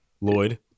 Lloyd